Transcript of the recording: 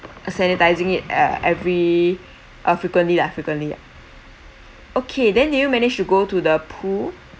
uh sanitizing it uh every uh frequently lah frequently lah okay then did you managed to go to the pool